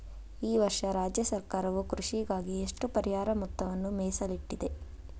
ಈ ವರ್ಷ ರಾಜ್ಯ ಸರ್ಕಾರವು ಕೃಷಿಗಾಗಿ ಎಷ್ಟು ಪರಿಹಾರ ಮೊತ್ತವನ್ನು ಮೇಸಲಿಟ್ಟಿದೆ?